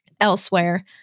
elsewhere